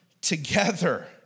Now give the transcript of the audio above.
together